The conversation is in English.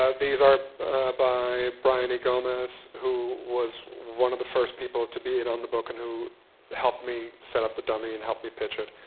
ah these are by brian e. gomez, who was one of the first people to be in on the book and who helped me set up the dummy and helped me pitch it,